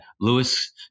Lewis